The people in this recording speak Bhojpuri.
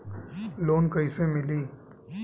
लोन कइसे मिलि?